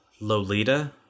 Lolita